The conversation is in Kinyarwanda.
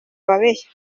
ababeshyi